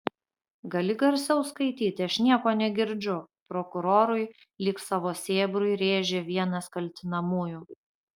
gali garsiau skaityti aš nieko negirdžiu prokurorui lyg savo sėbrui rėžė vienas kaltinamųjų